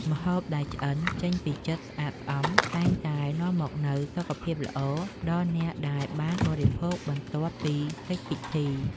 ម្ហូបដែលឆ្អិនចេញពីចិត្តស្អាតស្អំតែងតែនាំមកនូវសុខភាពល្អដល់អ្នកដែលបានបរិភោគបន្ទាប់ពីកិច្ចពិធី។